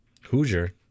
Hoosier